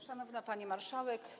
Szanowna Pani Marszałek!